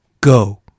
Go